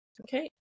okay